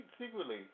secretly